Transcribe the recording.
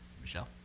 Michelle